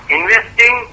Investing